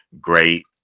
great